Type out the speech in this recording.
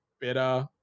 better